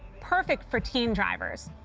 perfect for teen drivers.